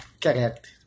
Correct